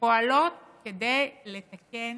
שפועלות כדי לתקן,